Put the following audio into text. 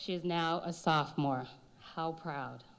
she is now a sophomore how proud